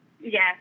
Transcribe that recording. Yes